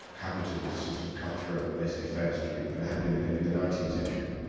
capitalist sort of cut-throat, laissez faire street that had been in the in the nineteenth century.